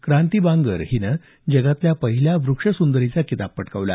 क्रांती बांगर हिनं जगातल्या पहिल्या वृक्ष सुंदरीचा किताब पटाकावला